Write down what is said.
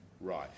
Right